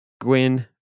Gwyn